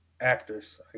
actors